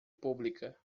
pública